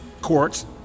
courts